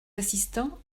assistants